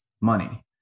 money